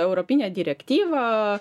europinė direktyva